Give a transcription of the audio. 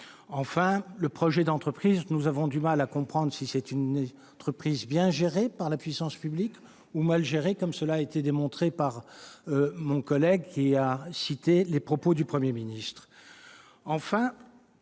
le projet d'entreprise, nous avons du mal à comprendre s'il s'agit d'une entreprise bien gérée par la puissance publique, ou mal gérée, comme cela a été démontré par mon collègue, qui a cité les propos du Premier ministre.